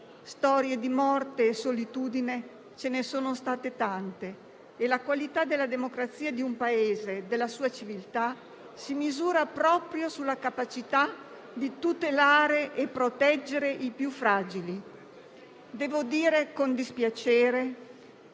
Storie di morte e solitudine ce ne sono state tante e la qualità della democrazia di un Paese e della sua civiltà si misura proprio sulla capacità di tutelare e proteggere i più fragili. Devo dire con dispiacere